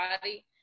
body